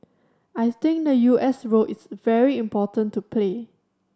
I think the U S role is very important to play